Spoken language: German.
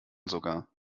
sogar